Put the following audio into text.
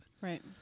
Right